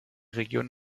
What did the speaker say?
region